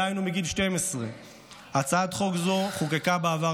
דהיינו מגיל 12. הצעת חוק זו חוקקה בעבר